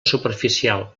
superficial